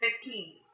Fifteen